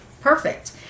perfect